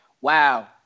wow